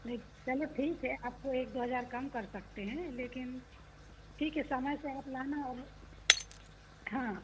नहीं चलो ठीक है आपको एक दो हज़ार कम कर सकते हैं लेकिन ठीक है समय से आप लाना और हाँ